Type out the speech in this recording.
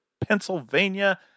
Pennsylvania